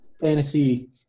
fantasy